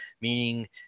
meaning